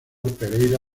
pereira